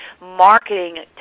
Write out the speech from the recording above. marketing